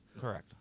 Correct